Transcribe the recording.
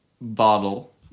bottle